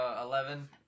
Eleven